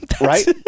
right